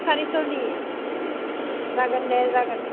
सारिस'नि जागोन दे जागोन